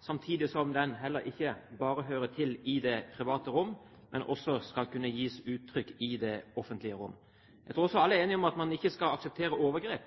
samtidig som den heller ikke bare hører hjemme i det private rom, men også skal kunne gis uttrykk i det offentlige rom. Jeg tror også alle er enige om at man ikke skal akseptere overgrep,